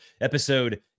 episode